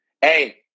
hey